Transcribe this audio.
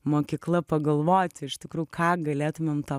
mokykla pagalvoti iš tikrųjų ką galėtumėm tą